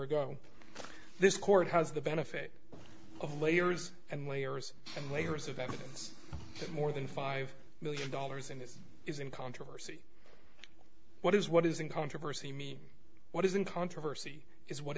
ago this court has the benefit of layers and layers and layers of evidence that more than five million dollars in this is in controversy what is what is in controversy me what is in controversy is what